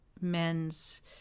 men's